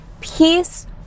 peace